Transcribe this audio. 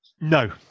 No